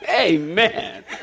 Amen